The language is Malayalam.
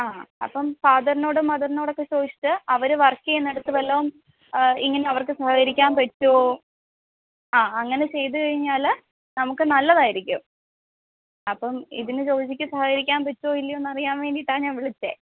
ആ അപ്പം ഫാതറിനോടും മതറിനോടും ഒക്കെ ചോദിച്ചിട്ട് അവർ വർക്ക് ചെയ്യുന്നിടത്ത് വല്ലതും ഇങ്ങനെയവര്ക്ക് സഹകരിക്കാൻ പറ്റുമോ ആ അങ്ങനെ ചെയ്ത് കഴിഞ്ഞാൽ നമുക്ക് നല്ലതാരിക്കും അപ്പം ഇതിന് ജോജിക്ക് സഹകരിക്കാൻ പറ്റുമോ ഇല്ലയോ എന്നറിയാൻ വേണ്ടിയിട്ടാ ഞാൻ വിളിച്ചത്